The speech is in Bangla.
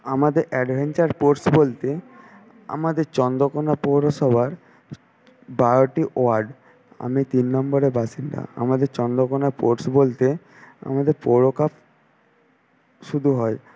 আমাদের অ্যাডভেঞ্চার স্পোর্টস বলতে আমাদের চন্দ্রকোনা পৌরসভার বারোটি ওয়ার্ড আমি তিন নম্বরের বাসিন্দা আমাদের চন্দ্রকোনা স্পোর্টস বলতে আমাদের পৌর কাপ শুধু হয়